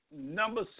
Number